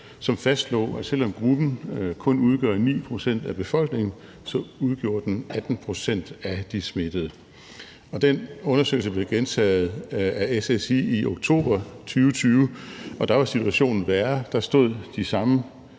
som fastslog, at gruppen, selv om den kun udgør 9 pct. af befolkningen, udgjorde 18 pct. af de smittede, og den undersøgelse blev gentaget af SSI i oktober 2020, og da var situationen værre. Da stod de samme